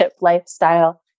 lifestyle